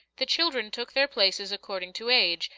the children took their places according to age,